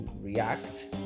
React